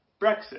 Brexit